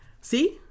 See